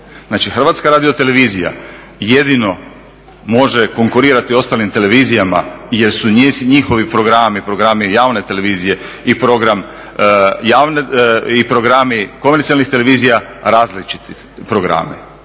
informiranja. Znači HRT jedino može konkurirati ostalim televizijama jer su njihovi programi, programi javne televizije i programi komercijalnih televizija različiti programi.